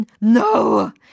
NO